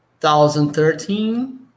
2013